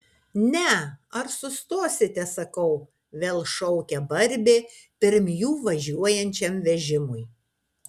ne ar sustosite sakau vėl šaukia barbė pirm jų važiuojančiam vežimui